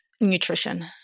Nutrition